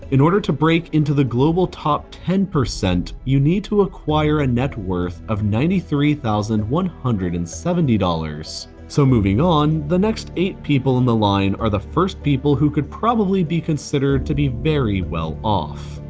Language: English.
in order to break into the global top ten, you need to acquire a net worth of ninety three thousand one hundred and seventy dollars. so moving on, the next eight people in the line are the first people who could probably be considered to be very well off.